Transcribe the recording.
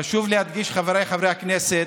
חשוב להדגיש, חבריי חברי הכנסת,